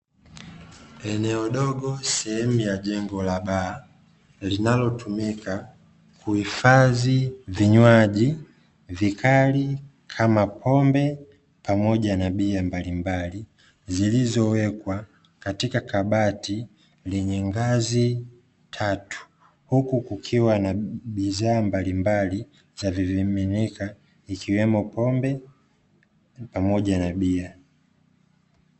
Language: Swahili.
Eneo dogo sehemu ya jengo la baa, linalotumika kuhifadhi vinywaji vikali kama pombe pamoja na bia mbalimbali, zilizowekwa katika kabati lenye ngazi tatu huku kukiwa na bidhaa mbalimbali za vimiminika ikiwemo pombe pamoja na bia.